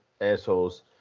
assholes